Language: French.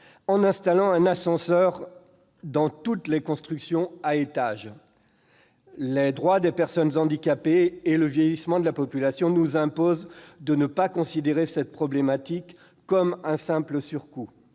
en installant un ascenseur dans toutes les constructions à étages. Les droits des personnes handicapées et le vieillissement de la population nous imposent de ne pas considérer cette problématique comme un simple surcoût.